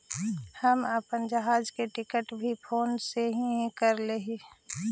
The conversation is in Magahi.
हम अपन जहाज के टिकट भी फोन से ही करैले हलीअइ